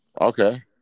Okay